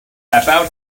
about